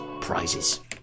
prizes